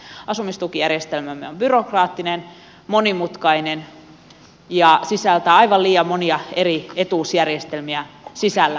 asumistukijärjestelmämme on byrokraattinen monimutkainen ja sisältää aivan liian monia eri etuusjärjestelmiä sisällään